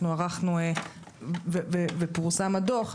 ופורסם הדוח,